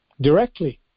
directly